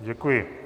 Děkuji.